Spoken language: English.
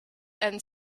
and